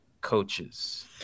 coaches